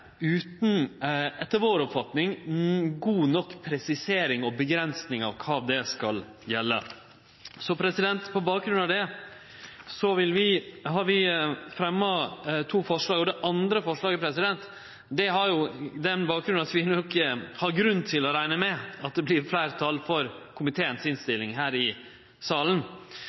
utan – etter vår oppfatning – god nok presisering og avgrensing av kva det skal gjelde. På bakgrunn av det har vi fremma to forslag. Det andre forslaget har den bakgrunnen at vi nok har grunn til å rekne med at det vert fleirtal for komiteens innstilling her i salen.